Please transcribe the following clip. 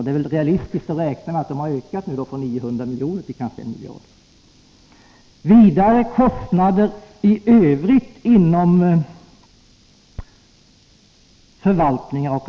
Det är väl realistiskt att räkna med att dessa 900 miljoner nu har ökat till 1 miljard.